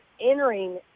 entering